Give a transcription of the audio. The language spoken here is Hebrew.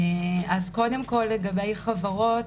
אז קודם כל לגבי חברות,